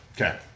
okay